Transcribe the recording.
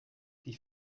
die